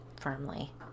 firmly